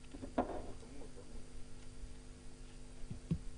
גם תמונה וגם קול?